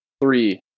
Three